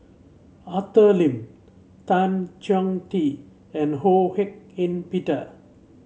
Arthur Lim Tan Chong Tee and Ho Hak Ean Peter